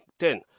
ten